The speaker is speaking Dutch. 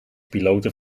pilote